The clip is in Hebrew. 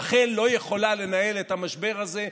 רח"ל לא יכולה לנהל את המשבר הזה,